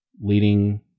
leading